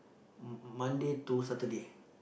m~ Monday to Saturday